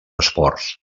esports